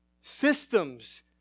systems